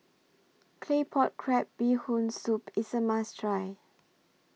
Claypot Crab Bee Hoon Soup IS A must Try